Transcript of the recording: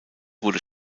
wurde